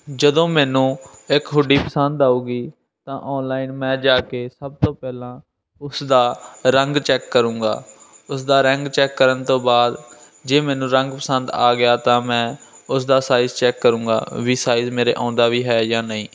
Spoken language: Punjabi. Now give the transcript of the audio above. ਜਦੋਂ ਮੈਨੂੰ ਇੱਕ ਪਸੰਦ ਆਊਗੀ ਤਾਂ ਆਨਲਾਈਨ ਮੈਂ ਜਾ ਕੇ ਸਭ ਤੋਂ ਪਹਿਲਾਂ ਉਸਦਾ ਰੰਗ ਚੈੱਕ ਕਰੂੰਗਾ ਉਸਦਾ ਰੰਗ ਚੈੱਕ ਕਰਨ ਤੋਂ ਬਾਅਦ ਜੇ ਮੈਨੂੰ ਰੰਗ ਪਸੰਦ ਆ ਗਿਆ ਤਾਂ ਮੈਂ ਉਸ ਦਾ ਸਾਈਜ ਚੈੱਕ ਕਰੂੰਗਾ ਵੀ ਸਾਈਜ ਮੇਰੇ ਆਉਂਦਾ ਵੀ ਹੈ ਜਾਂ ਨਹੀਂ